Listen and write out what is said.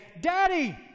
Daddy